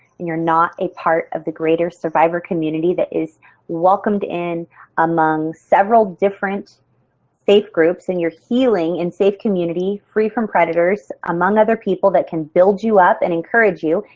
and you're not a part of the greater survivor community that is welcomed in among several different safe groups and your healing in safe community free from predators among other people that can build you up and encourage you,